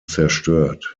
zerstört